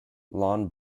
lawn